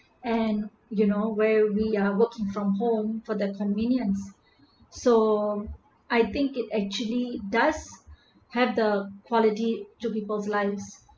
and you know where we are working from home for their convenience so I think it actually does have the quality to people's lives